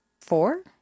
four